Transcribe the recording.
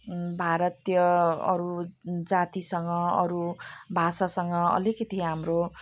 भारतीय अरू जातिसँग अरू भाषासँग अलिकति हाम्रो